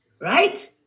right